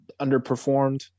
underperformed